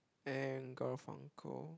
and Garfunkel